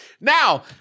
Now